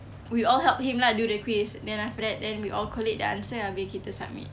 we all help him lah do the quiz then after that then we all collate the answer abeh kita submit